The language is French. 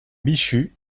bichu